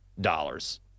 dollars